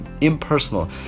impersonal